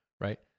right